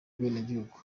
ubwenegihugu